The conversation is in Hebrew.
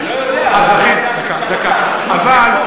אני לא יודע, תשאל, יפה.